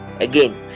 again